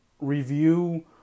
review